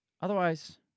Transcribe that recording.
Otherwise